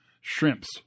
Shrimps